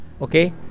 okay